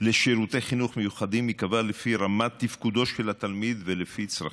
לשירותי חינוך מיוחדים ייקבע לפי רמת תפקודו של התלמיד ולפי צרכיו,